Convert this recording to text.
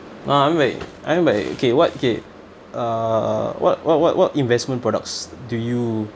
uh I'm ready I'm ready okay what okay uh what what what what investment products do you